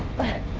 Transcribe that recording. back,